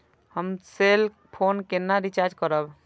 हम cell phone केना recharge करब?